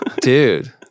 Dude